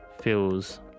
feels